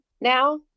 now